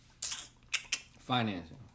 financing